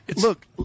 Look